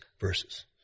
verses